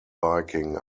biking